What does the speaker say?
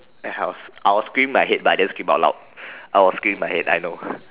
and I was I will scream in my head but I didn't scream out loud I was scream in my head I know